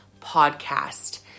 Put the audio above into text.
podcast